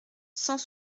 sans